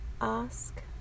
ask